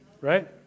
right